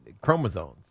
chromosomes